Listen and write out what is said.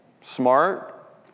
smart